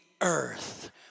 earth